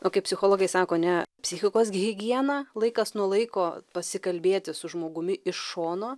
o kai psichologai sako ne psichikos gi higiena laikas nuo laiko pasikalbėti su žmogumi iš šono